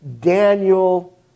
Daniel